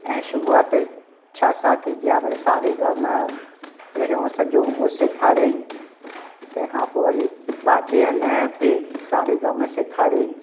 ऐं शुरुआत छा सां थींदी आहे भई सा रे गा म पहिरियों सॼो उहो सेखारियईं तंहिं खां पोइ वरी बाजे हलाइण ते सा रे ग म सेखारियईं